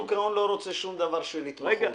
שוק ההון לא רוצה שום דבר של התמחות.